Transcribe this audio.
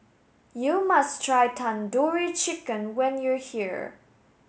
you must try Tandoori Chicken when you are here